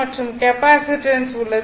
பின்னர் கெப்பாசிட்டன்ஸ் உள்ளது